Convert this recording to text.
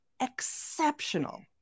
exceptional